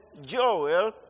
Joel